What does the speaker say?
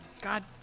God